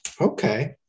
Okay